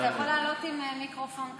אתה יכול לעלות עם מיקרופון כזה.